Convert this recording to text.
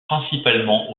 principalement